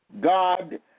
God